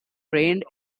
trained